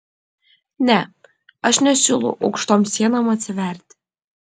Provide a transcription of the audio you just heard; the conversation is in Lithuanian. ne aš nesiūlau aukštom sienom atsitverti